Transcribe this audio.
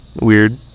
weird